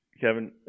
Kevin